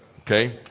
okay